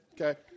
Okay